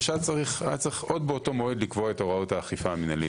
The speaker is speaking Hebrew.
זה שהיה צריך עוד באותו מועד לקבוע את הוראות האכיפה המינהלית.